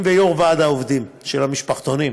ויושב-ראש ועד העובדים של המשפחתונים,